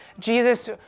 Jesus